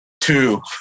two